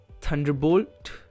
thunderbolt